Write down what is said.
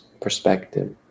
perspective